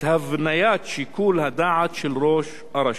הבניית שיקול הדעת של ראש הרשות.